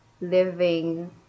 living